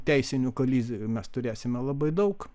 teisinių kolizijų mes turėsime labai daug